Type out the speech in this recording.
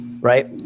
right